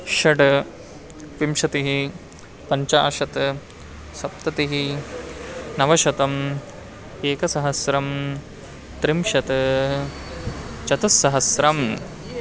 षड् विंशतिः पञ्चाशत् सप्ततिः नवशतम् एकसहस्रं त्रिंशत् चतुस्सहस्रम्